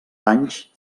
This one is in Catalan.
anys